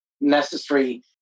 necessary